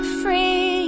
free